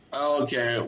okay